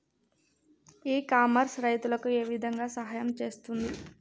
ఇ commerce రైతులకు ఏ విధంగా సహాయం చేస్తుంది?